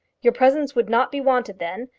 your presence would not be wanted then.